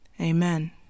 Amen